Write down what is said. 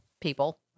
people